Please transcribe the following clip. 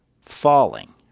falling